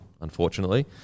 unfortunately